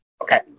Okay